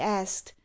asked